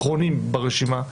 אחרונים ברשימה.